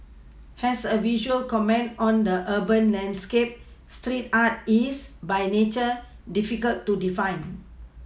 as a visual comment on the urban landscape street art is by nature difficult to define